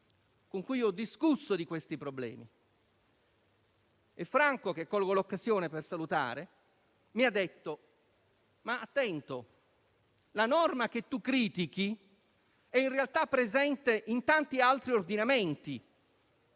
con cui ho discusso di questi problemi. Franco, che colgo l'occasione per salutare, mi ha detto di fare attenzione perché la norma che critico e in realtà è presente in tanti altri ordinamenti.